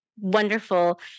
wonderful